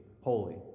Holy